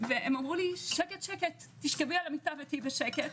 והם אמרו לי שקט שקט תשכבי על המיטה ותהיי בשקט